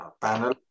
panel